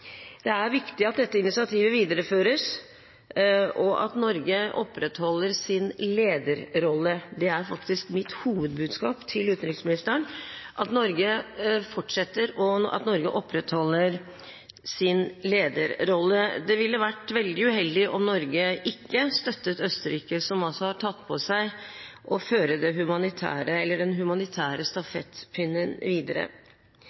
Det er viktig at dette initiativet videreføres, og at Norge opprettholder sin lederrolle. Det er faktisk mitt hovedbudskap til utenriksministeren – at Norge opprettholder sin lederrolle. Det ville vært veldig uheldig om Norge ikke støttet Østerrike, som har tatt på seg å føre den humanitære stafettpinnen videre.